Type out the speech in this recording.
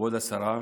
כבוד השרה,